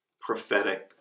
prophetic